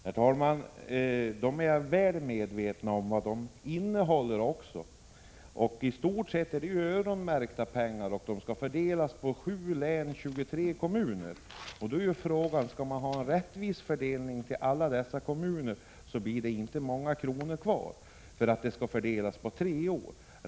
Herr talman! Jag är väl medveten om Bergslagspaketen och också om vad de innehåller. I stort sett är det öronmärkta pengar, och de skall fördelas på sju län och 23 kommuner. Skall man ha en rättvis fördelning till alla dessa kommuner blir det inte många kronor — pengarna skall ju fördelas på tre år också.